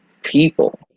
people